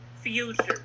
future